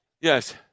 yes